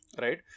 right